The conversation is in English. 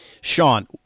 Sean